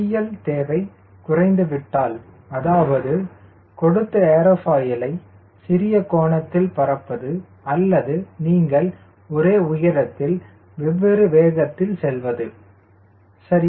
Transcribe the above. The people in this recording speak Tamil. CL தேவை குறைந்துவிட்டால் அதாவது கொடுத்த ஏர்ஃபாயிலை சிறிய கோணத்தில் பறப்பது அல்லது நீங்கள் ஒரே உயரத்தில் வெவ்வேறு வேகத்தில் செல்வது சரி